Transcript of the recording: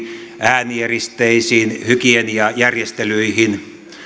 äänieristeisiin hygieniajärjestelyihin meillä